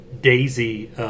daisy